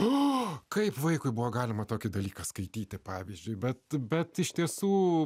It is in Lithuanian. o kaip vaikui buvo galima tokį dalyką skaityti pavyzdžiui bet bet iš tiesų